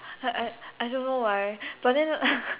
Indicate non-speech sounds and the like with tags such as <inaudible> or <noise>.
I I I don't know why but then <laughs>